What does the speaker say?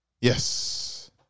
Yes